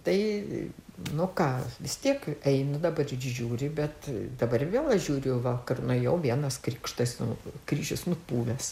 tai nu ką vis tiek einu dabar žiūri bet dabar vėl aš žiūriu kad nuėjau vienas krikštas nu kryžius nupuvęs